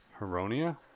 Heronia